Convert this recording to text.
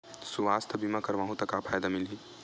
सुवास्थ बीमा करवाहू त का फ़ायदा मिलही?